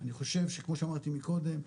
אני חושב שכמו שאמרתי מקודם,